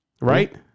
Right